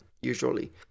Usually